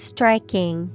Striking